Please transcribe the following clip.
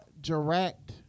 direct